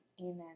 amen